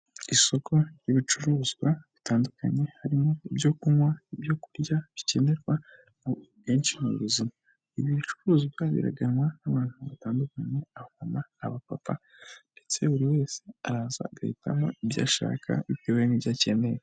Isoko ry'ibicuruzwa bitandukanye, harimo ibyo kunywa, ibyo kurya bikenerwa kenshi mu buzima, ibicuruzwa biraganwa n'abantu batandukanye, abamama n'abapapa ndetse buri wese araza agahitamo ibyo ashaka bitewe n'ibyo akeneye.